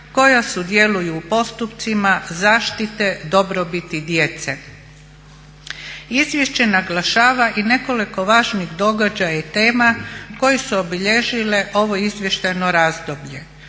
koja sudjeluju u postupcima zaštite dobrobiti djece. Izvješće naglašava i nekoliko važnih događaja i tema koje su obilježile ovo izvještajno razdoblje.